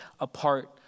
apart